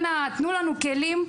תנו לנו כלים,